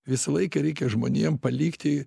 visą laiką reikia žmonėm palikti